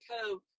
Cove